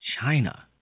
China